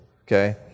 okay